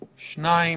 שניים.